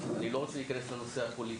אני לא רוצה להיכנס לנושא הפוליטי,